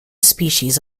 species